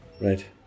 Right